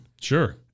Sure